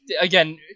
again